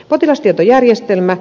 potilastietojärjestelmä